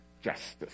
Justice